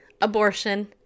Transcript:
abortion